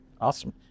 Awesome